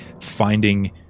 finding